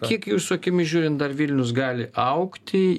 kiek jūsų akimis žiūrint dar vilnius gali augti